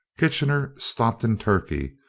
kitchener stopped in turkey,